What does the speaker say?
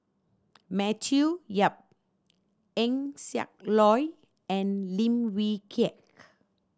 Matthew Yap Eng Siak Loy and Lim Wee Kiak